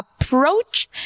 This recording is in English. Approach